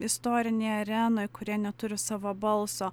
istorinėj arenoj kurie neturi savo balso